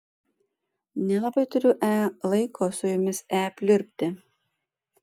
nelabai turiu e laiko su jumis e pliurpti